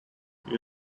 you